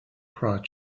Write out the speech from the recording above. cried